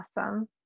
Awesome